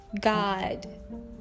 God